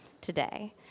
today